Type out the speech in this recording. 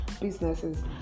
businesses